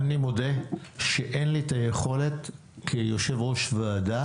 אני מודה שאין לי את היכולת כיושב ראש וועדה